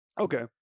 okay